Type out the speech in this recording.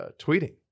tweeting